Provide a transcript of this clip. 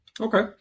okay